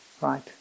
right